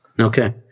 Okay